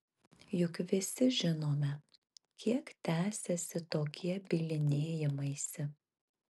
juk visi žinome kiek tęsiasi tokie bylinėjimaisi